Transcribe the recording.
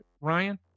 Ryan